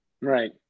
Right